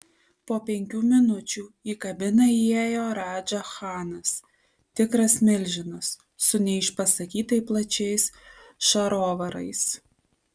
po penkių minučių į kabiną įėjo radža chanas tikras milžinas su neišpasakytai plačiais šarovarais